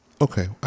Okay